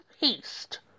east